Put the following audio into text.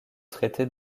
traité